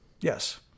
Yes